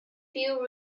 few